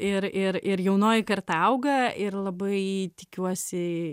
ir ir ir jaunoji karta auga ir labai tikiuosi